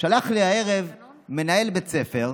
שלח לי הערב מנהל בית ספר,